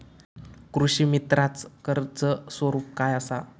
कृषीमित्राच कर्ज स्वरूप काय असा?